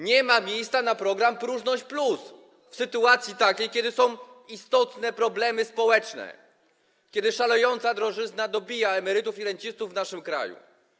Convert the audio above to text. Nie ma miejsca na program próżność+ w sytuacji, kiedy są istotne problemy społeczne, kiedy szalejąca drożyzna dobija emerytów i rencistów w naszym kraju.